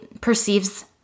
perceives